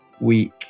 week